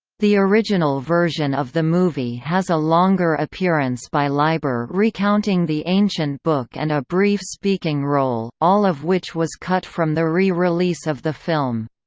the original version of the movie has a longer appearance by leiber recounting the ancient book and a brief speaking role, all of which was cut from the re-release of the film.